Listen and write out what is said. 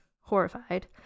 horrified